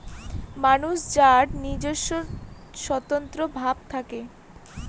মানুষ যার নিজস্ব স্বতন্ত্র ভাব থাকে